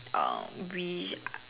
um we